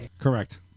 Correct